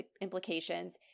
implications